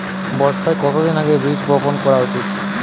বর্ষার কতদিন আগে বীজ বপন করা উচিৎ?